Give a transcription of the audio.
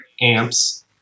amps